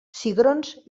cigrons